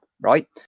right